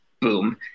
boom